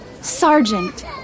sergeant